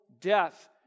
death